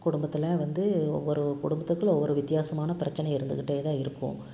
குடும்பத்தில் வந்து ஒவ்வொரு குடும்பத்துக்குள்ளே ஒவ்வொரு வித்தியாசமான பிரச்சனை இருந்துக்கிட்டே தான் இருக்கும்